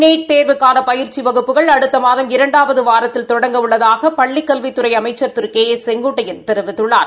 NEET தேர்வுக்கான பயிற்சி வகுப்புகள் அடுத்த மாதம் இரண்டாவது வாரத்தில் தொடங்க உள்ளதாக பள்ளிக் கல்வித்துறை அமைச்சர் திரு கே ஏ செங்கோட்டையன் தெரிவித்துள்ளார்